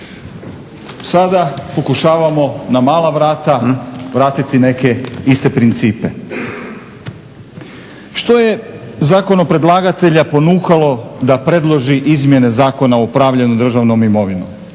Sada pokušavamo na mala vrata vratiti neke iste principe. Što je zakonopredlagatelja ponukalo da predloži izmjene Zakona o upravljanju državnom imovinom.